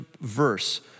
verse